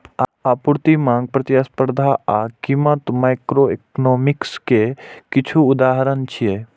आपूर्ति, मांग, प्रतिस्पर्धा आ कीमत माइक्रोइकोनोमिक्स के किछु उदाहरण छियै